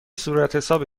صورتحساب